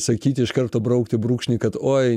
sakyti iš karto braukti brūkšnį kad oi